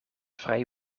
vrij